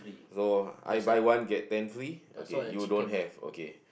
so I buy one get ten free okay you don't have okay